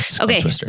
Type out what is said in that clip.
Okay